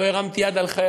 לא הרמתי יד על חיילים.